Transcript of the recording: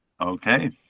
Okay